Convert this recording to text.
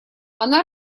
она